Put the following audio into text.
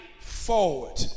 forward